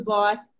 Boss